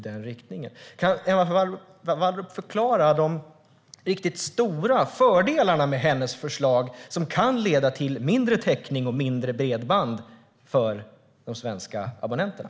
Kan Emma Wallrup förklara de riktigt stora fördelarna med sitt förslag, som kan leda till mindre täckning och mindre bredband för de svenska abonnenterna?